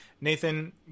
Nathan